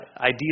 idea